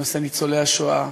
בנושא ניצולי השואה,